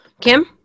Kim